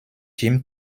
jim